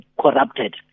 corrupted